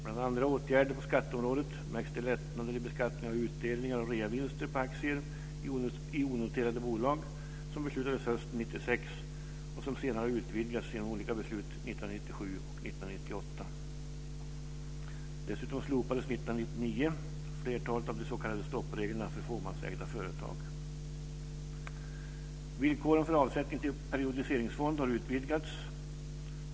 Bland andra åtgärder på skatteområdet märks de lättnader i beskattningen av utdelningar och reavinster på aktier i onoterade bolag som beslutades hösten 1996 och som senare har utvidgats genom olika beslut 1997 och 1998. Dessutom slopades 1999 flertalet av de s.k. stoppreglerna för fåmansägda företag. Vidare har villkoren för avsättning till periodiseringsfond utvidgats.